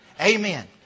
Amen